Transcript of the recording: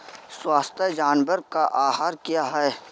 स्वस्थ जानवर का आहार क्या है?